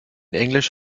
englisch